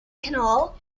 canal